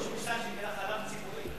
היושב-ראש, יש מושג שנקרא "חלב ציפורים".